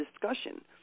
discussion